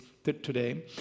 Today